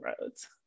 roads